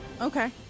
okay